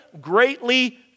greatly